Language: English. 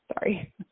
sorry